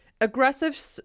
Aggressive